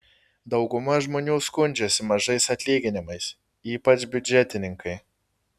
dauguma žmonių skundžiasi mažais atlyginimais ypač biudžetininkai